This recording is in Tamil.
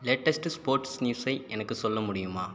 லேட்டஸ்ட் ஸ்போர்ட்ஸ் நியூஸை எனக்கு சொல்ல முடியுமா